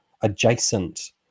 adjacent